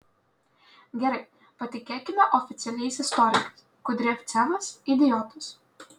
gerai patikėkime oficialiais istorikais kudriavcevas idiotas